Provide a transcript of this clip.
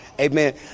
Amen